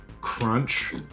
crunch